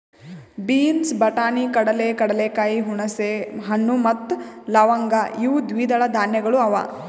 beans, ಬಟಾಣಿ, ಕಡಲೆ, ಕಡಲೆಕಾಯಿ, ಹುಣಸೆ ಹಣ್ಣು ಮತ್ತ ಲವಂಗ್ ಇವು ದ್ವಿದಳ ಧಾನ್ಯಗಳು ಅವಾ